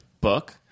book